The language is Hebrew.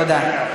תודה.